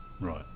Right